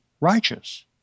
righteous